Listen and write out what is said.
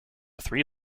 three